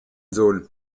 sohn